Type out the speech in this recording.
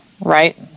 right